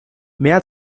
mehr